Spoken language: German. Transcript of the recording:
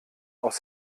aus